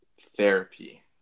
therapy